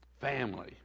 family